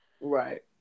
right